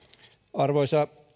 arvoisa